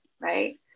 right